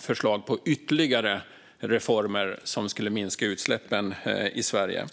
förslag på ytterligare reformer som skulle minska utsläppen i Sverige.